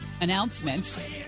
announcement